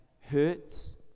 hurts